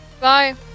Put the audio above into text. bye